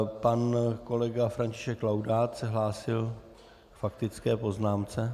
Pan kolega František Laudát se hlásil k faktické poznámce.